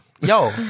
Yo